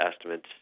estimates